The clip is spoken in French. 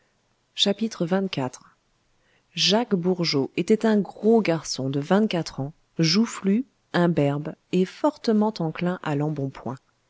retraite xxiv jacques bourgeot était un gros garçon de vingt-quatre ans joufflu imberbe et fortement enclin à l'embonpoint